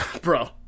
bro